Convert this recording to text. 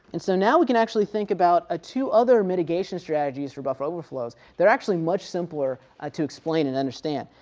and so now we can actually think about a two other mitigation strategies for buffer overflows. they're actually much simpler ah to explain and understand.